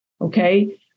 okay